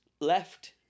left